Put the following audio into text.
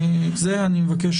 אני מציע